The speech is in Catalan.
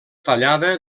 tallada